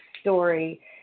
story